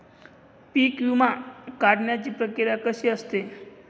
पीक विमा काढण्याची प्रक्रिया कशी असते?